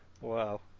Wow